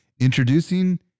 Introducing